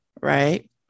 right